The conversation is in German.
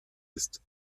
ist